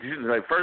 first